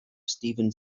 steven